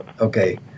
okay